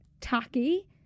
tacky